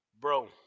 Bro